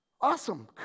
Awesome